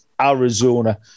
Arizona